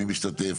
מי משתתף,